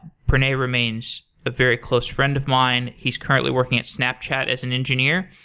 pranay remains a very close friend of mine. he's currently working at snapchat as an engineer,